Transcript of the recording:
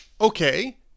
Okay